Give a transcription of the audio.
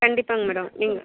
கண்டிப்பாங்க மேடம் நீங்கள்